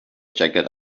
jacket